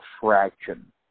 fraction